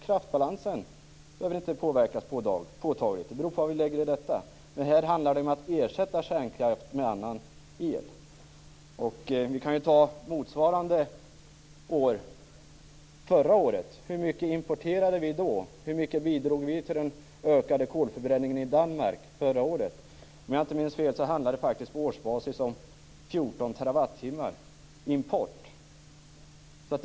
Kraftbalansen behöver inte påverkas påtagligt. Det beror på vad vi lägger i begreppet. Men här handlar det om att ersätta kärnkraft med annan el. Hur mycket importerades under förra året? Hur mycket bidrog vi till den ökade kolförbränningen i Danmark? Om jag inte minns fel är det på årsbasis 14 TWh i import.